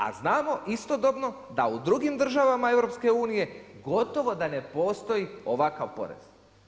A znamo istodobno da u drugim državama EU gotovo da ne postoji ovakav porez.